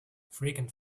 frequent